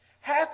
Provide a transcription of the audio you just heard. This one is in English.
half